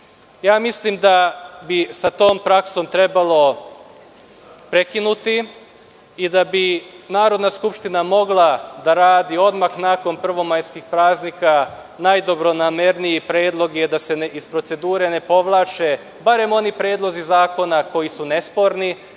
Mislim da bi sa tom praksom trebalo prekinuti i da bi Narodna skupština mogla da radi odmah nakon prvomajskih praznika. Najdobronamerniji predlog je da se iz procedure ne povlače barem oni predlozi zakona koji su nesporni,